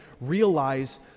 realize